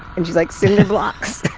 and she's like, cinder blocks.